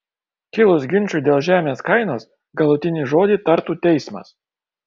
kilus ginčui dėl žemės kainos galutinį žodį tartų teismas